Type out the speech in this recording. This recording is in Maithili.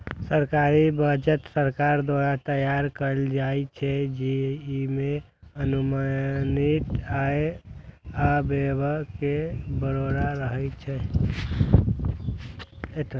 सरकारी बजट सरकार द्वारा तैयार कैल जाइ छै, जइमे अनुमानित आय आ व्यय के ब्यौरा रहै छै